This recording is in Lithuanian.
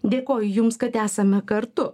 dėkoju jums kad esame kartu